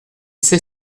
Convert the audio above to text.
sais